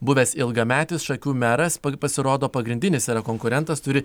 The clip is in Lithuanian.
buvęs ilgametis šakių meras pasirodo pagrindinis yra konkurentas turi